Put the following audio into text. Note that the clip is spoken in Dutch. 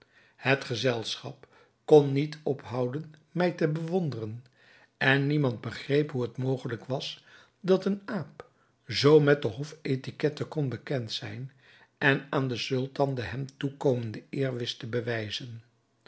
het gezelschap kon niet ophouden mij te bewonderen en niemand begreep hoe het mogelijk was dat een aap zoo met de hofetiquette kon bekend zijn en aan den sultan de hem toekomende eer wist te bewijzen